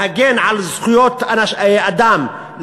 להגן על זכויות אדם,